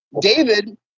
David